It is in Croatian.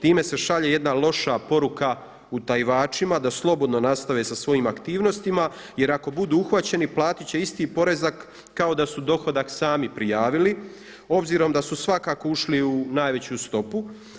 Time se šalje jedna loša poruka utajivačima da slobodno nastave sa svojim aktivnostima jer ako budu uhvaćeni platiti će isti porezak kao da su dohodak sami prijavili obzirom da su svakako ušli u najveću stopu.